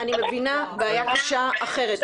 זו בעיה קשה אחרת.